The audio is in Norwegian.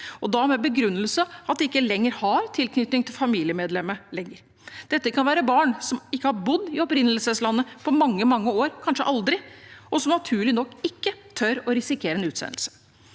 med den begrunnelse at de ikke lenger har tilknytning til familiemedlemmet. Dette kan være barn som ikke har bodd i opprinnelseslandet på mange, mange år – kanskje aldri – og som naturlig nok ikke tør å risikere en utsendelse.